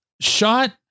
Shot